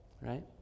Right